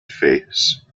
face